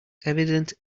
evident